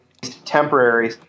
temporary